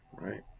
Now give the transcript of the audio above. right